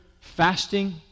fasting